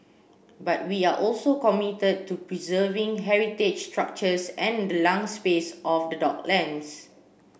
but we are also committed to preserving heritage structures and the lung space of the docklands